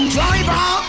Driver